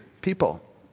people